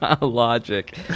Logic